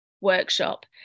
workshop